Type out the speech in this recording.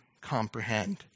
comprehend